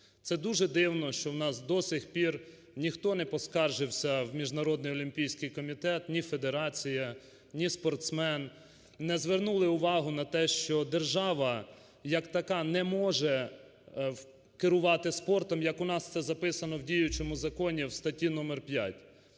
Це дуже дивно, що у нас до сих пір ніхто не поскаржився в Міжнародний олімпійський комітет: ні федерація, ні спортсмен. Не звернули увагу на те, що держава як така не може керувати спортом, як у нас це записано в діючому законі в статті номер 5.